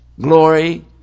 glory